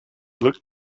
looked